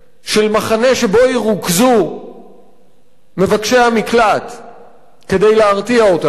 של מחנה שבו ירוכזו מבקשי המקלט כדי להרתיע אותם,